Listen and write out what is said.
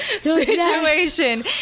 situation